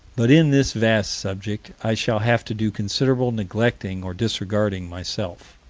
but, in this vast subject, i shall have to do considerable neglecting or disregarding, myself.